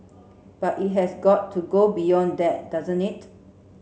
but it has got to go beyond that doesn't it